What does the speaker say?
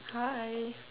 hi